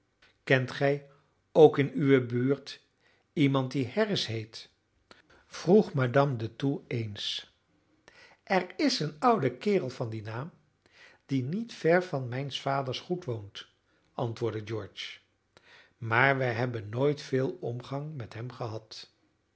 kent gij ook in uwe buurt iemand die harris heet vroeg madame de thoux eens er is een oude kerel van dien naam die niet ver van mijns vaders goed woont antwoordde george maar wij hebben nooit veel omgang met hem gehad